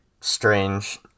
strange